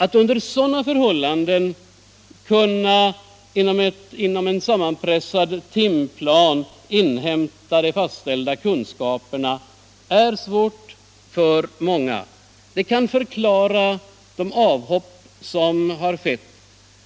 Att under sådana förhållanden inom ramen för en sammanpressad timplan inhämta de fastställda kunskaperna är svårt för många. Detta kan förklara de avhopp som skett.